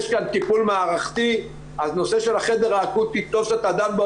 יש כאן טיפול מערכתי אז הנושא של החדר האקוטי טוב שאתה דן בו,